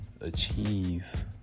achieve